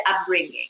upbringing